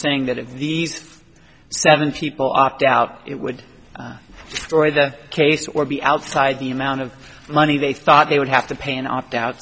saying that if these seven people opt out it would be the case or be outside the amount of money they thought they would have to pay and opt out